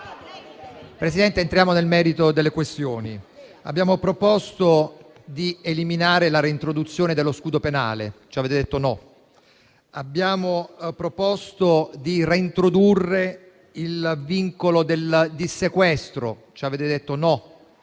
Presidente, entriamo nel merito delle questioni. Abbiamo proposto di eliminare la reintroduzione dello scudo penale, ma ci avete detto di no; abbiamo proposto di reintrodurre il vincolo del dissequestro, ma ci avete detto no,